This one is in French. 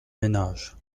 ménage